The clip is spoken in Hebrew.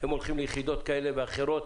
הם הולכים ליחידות כאלה ואחרות,